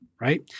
right